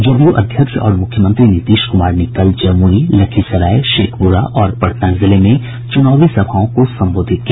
जदयू अध्यक्ष और मुख्यमंत्री नीतीश कुमार ने कल जमुई लखीसराय शेखपुरा और पटना जिले में चुनावी सभाओं को संबोधित किया